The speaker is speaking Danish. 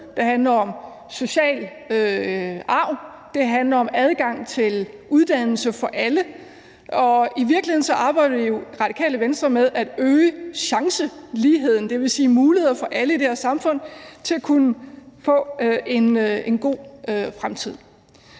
det handler om social arv, det handler om adgang til uddannelse for alle. I virkeligheden arbejder vi i Radikale Venstre jo med at øge chanceligheden, dvs. muligheden for alle i det her samfund til at kunne få en god fremtid.